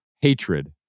Hatred